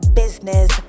business